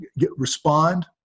respond